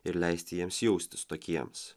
ir leisti jiems jaustis tokiems